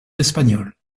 espagnol